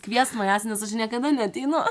kviest manęs nes aš niekada neateinu